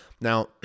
Now